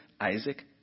Isaac